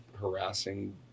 Harassing